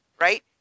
right